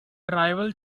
tribal